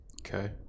Okay